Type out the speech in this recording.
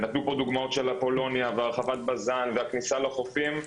ונתנו פה דוגמאות של אפולוניה והרחבת בזן והכניסה לחופים,